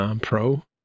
Pro